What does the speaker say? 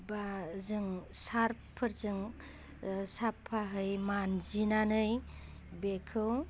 बा जों सार्पफोरजों साफायै मानजिनानै बेखौ